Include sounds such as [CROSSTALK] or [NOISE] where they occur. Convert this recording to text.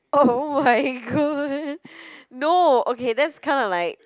oh-my-god [LAUGHS] no okay that's kinda like